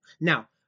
Now